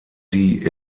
die